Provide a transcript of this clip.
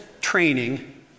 training